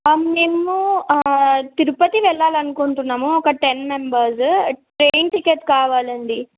మేము తిరుపతి వెళ్ళాలి అనుకుంటున్నాము ఒక టెన్ మెంబర్స్ ట్రైన్ టికెట్ కావాలండి